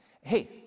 Hey